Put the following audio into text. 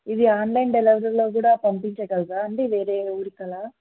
ఇది ఆన్లైన్ డెలివరీలో కూడా పంపించగలరా అండి వేరే ఊరికలా